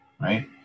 right